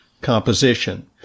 composition